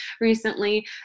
recently